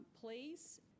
Please